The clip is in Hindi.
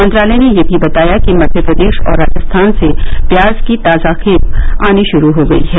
मंत्रालय ने यह भी बताया कि मध्य प्रदेश और राजस्थान से प्याज की ताजा खेप आनी शुरु हो गई है